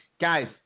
Guys